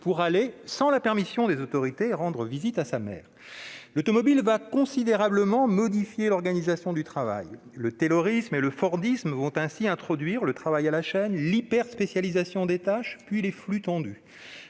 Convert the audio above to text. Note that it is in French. pour aller, sans la permission des autorités, rendre visite à sa mère. L'automobile modifiera considérablement l'organisation du travail. Le taylorisme et le fordisme vont ainsi introduire le travail à la chaîne, l'hyperspécialisation des tâches, puis les flux tendus,